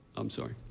i'm sorry.